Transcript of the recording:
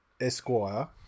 Esquire